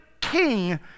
king